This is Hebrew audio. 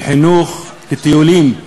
לחינוך, לטיולים.